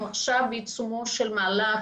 אנחנו עכשיו בעיצומו של מהלך